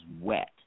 wet